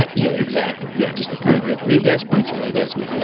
ah yeah, exactly. yeah just kind of yeah read that speech and that's me. yeah